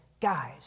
guys